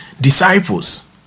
disciples